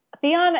Theon